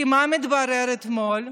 כי מה התברר אתמול?